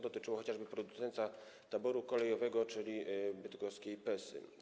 Dotyczyło to chociażby producenta taboru kolejowego, czyli bydgoskiej Pesy.